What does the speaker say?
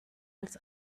als